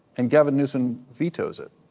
and gavin newsom vetoes it.